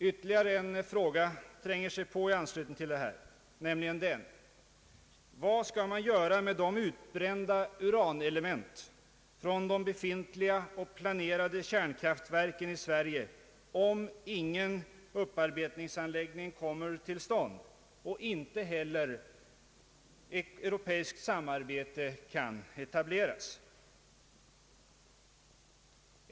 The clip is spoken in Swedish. Ytterligare en fråga tränger sig på i anslutning härtill, nämligen: Vad skall man göra med de utbrända uranelementen från de befintliga och planerade kärnkraftverken i Sverige om ingen upparbetningsanläggning kommer till stånd och inte heller ett europeiskt samarbete kan etableras?